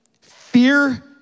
fear